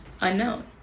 unknown